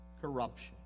corruption